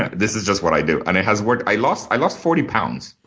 this is just what i do, and it has worked. i lost i lost forty pounds.